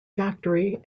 factory